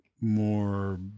more